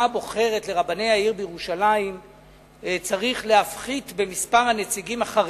הבוחרת לרבני העיר בירושלים צריך להפחית את מספר הנציגים החרדים,